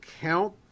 count